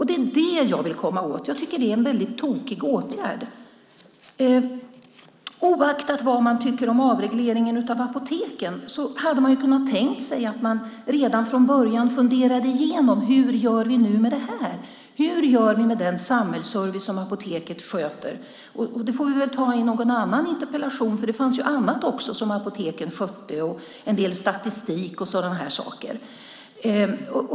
Det är detta jag vill komma åt. Jag tycker att det är en tokig åtgärd. Oaktat vad man tycker om avregleringen av apoteken hade man kunnat tänka sig att redan från början fundera igenom hur vi gör med det här. Hur gör vi med den samhällsservice som apoteken sköter? Det får vi väl ta i någon annan interpellation, för det fanns ju också annat som apoteken skötte - en del statistik och sådana saker.